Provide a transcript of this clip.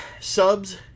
subs